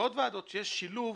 ועוד ועדות כשיש שילוב.